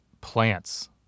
plants